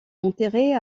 enterrée